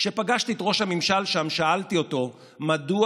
כשפגשתי את ראש הממשל שם שאלתי אותו מדוע